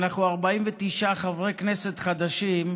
אנחנו 49 חברי כנסת חדשים,